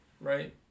right